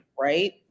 right